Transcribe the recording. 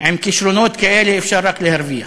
עם כישרונות כאלה אפשר רק להרוויח.